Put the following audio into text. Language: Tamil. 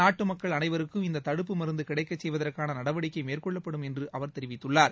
நாட்டு மக்கள் அனைவருக்கும் இந்த தடுப்பு மருந்து கிடைக்கச் செய்வதற்கான நடவடிக்கை மேற்கொள்ளப்படும் என்று பிரதமர் தெரிவித்துள்ளார்